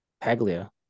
Paglia